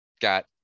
got